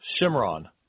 Shimron